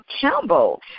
Campbell